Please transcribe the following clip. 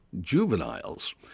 juveniles